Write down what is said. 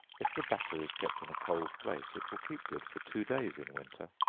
if the batter is kept in a cold place it will keep good for two days in winter.